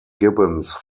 gibbons